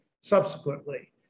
subsequently